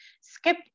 skip